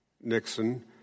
Nixon